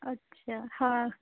اچھا ہاں